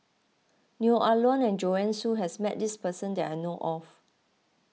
Neo Ah Luan and Joanne Soo has met this person that I know of